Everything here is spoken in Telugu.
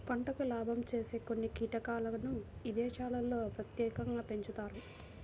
పంటకు లాభం చేసే కొన్ని కీటకాలను విదేశాల్లో ప్రత్యేకంగా పెంచుతారు